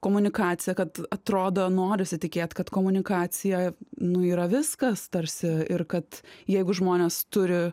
komunikacija kad atrodo norisi tikėt kad komunikacijoj nu yra viskas tarsi ir kad jeigu žmonės turi